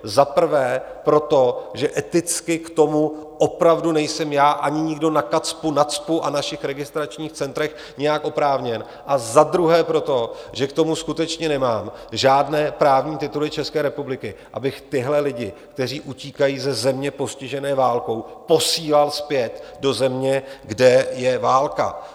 Za prvé proto, že eticky k tomu opravdu nejsem, já ani nikdo na KACPU, NACPU a našich registračních centrech, nijak oprávněn, a za druhé proto, že k tomu skutečně nemám žádné právní tituly České republiky, abych tyhle lidi, kteří utíkají ze země postižené válkou, posílal zpět do země, kde je válka.